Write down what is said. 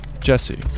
Jesse